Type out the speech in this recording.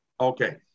Okay